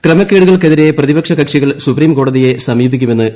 ക്രമക്കേടുകൾക്കെ തിരെ പ്രതിപക്ഷ കക്ഷികൾ സുപ്രീം കോടതിയെ സമീപിക്കുമെന്ന് ശ്രീ